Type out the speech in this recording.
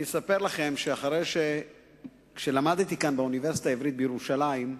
אני אספר לכם שכשלמדתי כאן באוניברסיטה העברית בירושלים,